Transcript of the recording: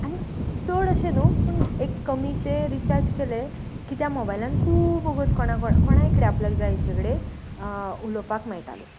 आनीक चड अशें न्हू पूण एक कमीचें रिचार्ज केलें की त्या मोबायलान खूब वोगोत कोणा कोणा कोणाय कडेन आपल्याक जाय तेंचे कडेन उलोवपाक मेळटालें